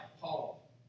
Paul